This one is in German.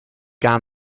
gar